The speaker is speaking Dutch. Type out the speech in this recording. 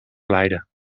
glijden